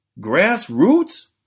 Grassroots